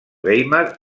weimar